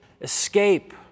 escape